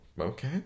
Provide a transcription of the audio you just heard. okay